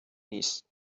نیست